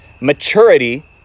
maturity